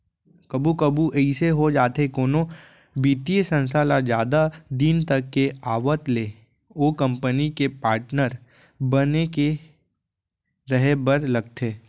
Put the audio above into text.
कभू कभू अइसे हो जाथे कोनो बित्तीय संस्था ल जादा दिन तक के आवत ले ओ कंपनी के पाटनर बन के रहें बर लगथे